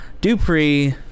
Dupree